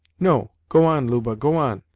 no, go on, luba, go on,